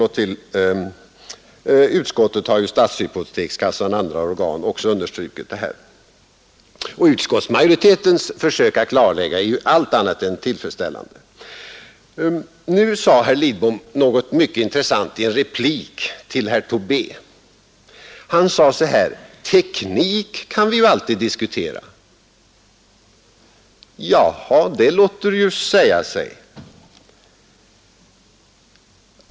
Också Stadshypotekskassan och andra organ har poängterat svårigheterna. Utskottsmajoritetens försök till klarläggande är allt annat än tillfredsställande. Herr Lidbom sade något mycket intressant i en replik till herr Tobé, nämligen att teknik kan vi alltid diskutera. Jaha, det låter ju säga sig.